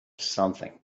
something